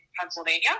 Pennsylvania